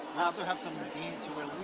we also have some deans who are